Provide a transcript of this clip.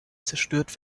zerstört